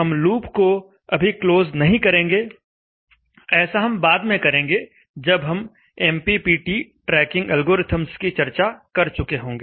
हम लूप को अभी क्लोज नहीं करेंगे ऐसा हम बाद में करेंगे जब हम एमपीपीटी ट्रैकिंग एल्गोरिथम्स की चर्चा कर चुके होंगे